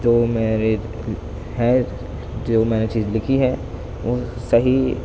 جو میری ہے جو میں نے چیز لکھی ہے وہ صحیح